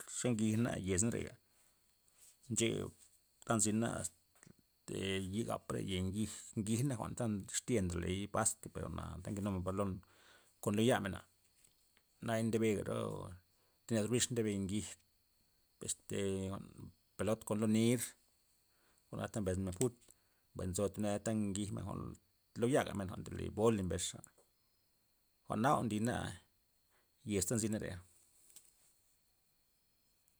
Ze ngijna yezna reya', nxe'a ta nzina asta ye gap're ye ngij'na jwa'n ta dixli'a ndoley basket jwa'na ta ngijnumen balon kon lo yamenba naya ndega thib nedor bix ndebe ngij, este jwa'n pelot kon lo nir jwa'na ta mbes fut, mbay nzo thib neda ta ngij lo yagamen jwa'n ndole boli mbesxa, jwa'na jwa'n nlina yes ta nzi reya'.